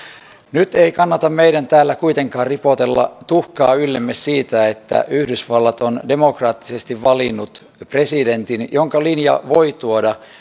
nyt ei kannata meidän täällä kuitenkaan ripotella tuhkaa yllemme siitä että yhdysvallat on demokraattisesti valinnut presidentin jonka linja voi tuoda